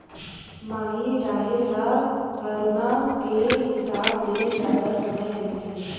माई राहेर ह हरूना के हिसाब ले जादा समय लेथे